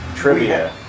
Trivia